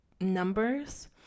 numbers